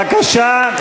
בבקשה.